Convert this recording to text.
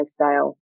lifestyle